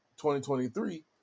2023